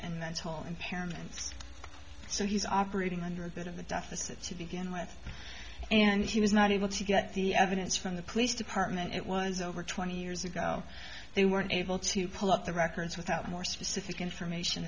whole impairments so he's operating under a bit of a deficit to begin with and he was not able to get the evidence from the police department it was over twenty years ago they weren't able to pull up the records without more specific information